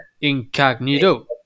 Incognito